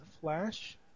Flash